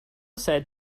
said